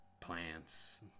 plants